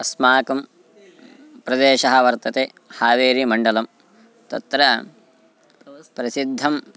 अस्माकं प्रदेशः वर्तते हावेरिमण्डलं तत्र प्रसिद्धं